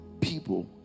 people